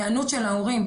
ההיענות של ההורים,